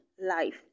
life